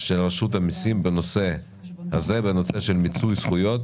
של רשות המיסים בנושא הזה והנושא של מיצוי זכויות